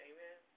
Amen